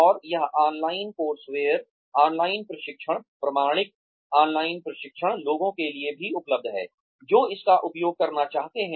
और यह online courseware online प्रशिक्षण प्रामाणिक ऑनलाइन प्रशिक्षण लोगों के लिए भी उपलब्ध है जो इसका उपयोग करना चाहते हैं